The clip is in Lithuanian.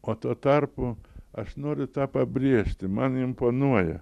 o tuo tarpu aš noriu tą pabrėžti mane imponuoja